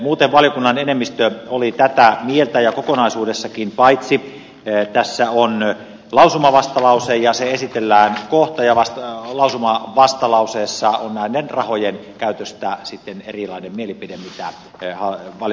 muuten valiokunnan enemmistö oli tätä mieltä ja kokonaisuudessakin paitsi tässä on lausumavastalause ja se esitellään kohta ja lausumavastalauseessa on näiden rahojen käytöstä erilainen mielipide kuin valiokunnan enemmistöllä